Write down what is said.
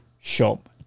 Shop